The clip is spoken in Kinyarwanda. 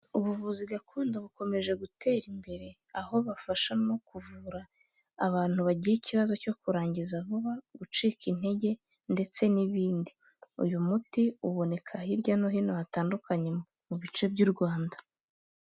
Ubuvuzi gakondo bukomeje gutera imbere, aho bafasha no kuvura abantu bagira ikibazo cyo kurangiza vuba, gucika intege ndetse n'ibindi, uyu muti uboneka hirya no hino hatandukanye mu bice by'u Rwanda.